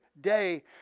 day